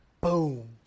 Boom